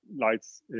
lights